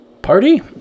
Party